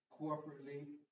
corporately